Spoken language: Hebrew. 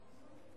אנחנו